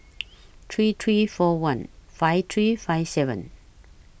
three three four one five three five seven